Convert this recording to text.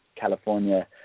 California